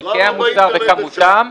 חלקי המוצר וכמותם,